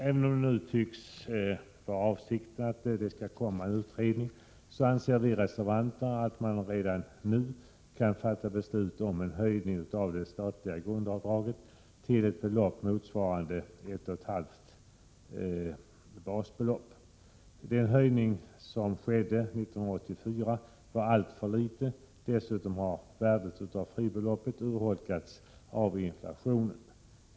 Även om avsikten nu tycks vara att det skall komma en utredning, anser vi reservanter att man redan nu kan fatta beslut om en höjning av det statliga grundavdraget till ett belopp motsvarande ett och ett halvt basbelopp. Den höjning som skedde år 1984 var alltför liten. Dessutom har värdet av fribeloppet urholkats av inflationen.